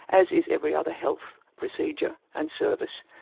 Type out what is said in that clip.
as is every other health procedure and service.